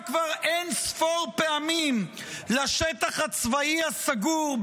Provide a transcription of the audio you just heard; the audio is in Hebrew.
כבר אין-ספור פעמים לשטח הצבאי הסגור,